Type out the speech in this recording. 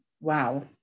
wow